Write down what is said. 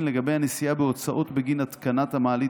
לגבי הנשיאה בהוצאות בגין התקנת המעלית,